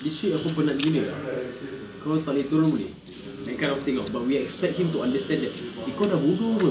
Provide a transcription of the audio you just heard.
this week aku penat gila ah kalau tak boleh turun boleh that kind of thing [tau] but we expect him to understand that eh kau dah bodoh [pe]